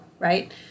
Right